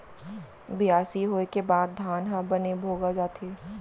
बियासी होय के बाद धान ह बने भोगा जाथे